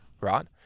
Right